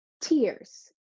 Tears